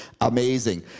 amazing